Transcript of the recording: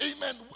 Amen